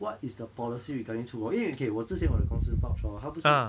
what is the policy regarding 出国因为 okay 我之前我的公司 vouch hor 他不是